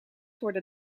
worden